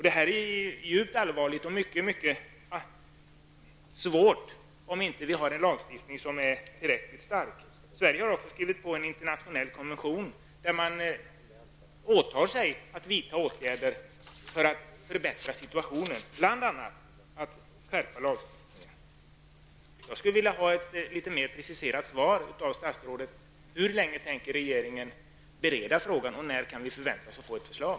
Det är djupt allvarligt, och det är mycket svårt att hantera om det inte finns en lagstiftning som är tillräckligt stark. Sverige har skrivit på en internationell konvention, där man åtar sig att vidta åtgärder för att förbättra situationen, bl.a. genom att skärpa lagstiftningen. Jag skulle vilja ha ett litet mer preciserat besked från statsrådet om hur länge regeringen tänker bereda frågan och när vi kan förvänta oss att få ett förslag.